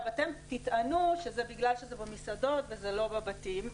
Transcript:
אתם תטענו שזה בגלל שזה במסעדות וזה לא בבתים.